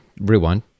Rewind